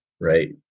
right